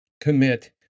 commit